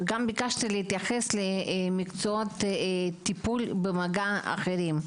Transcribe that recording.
גם ביקשתי להתייחס למקצועות טיפול במגע אחרים,